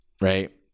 Right